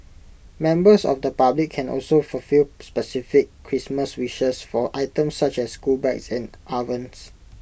members of the public can also fulfil specific Christmas wishes for items such as school bags and ovens